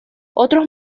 otros